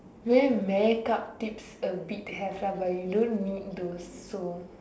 maybe make up tips a bit have lah but you don't need those so